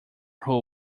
hull